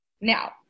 Now